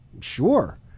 sure